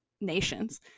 nations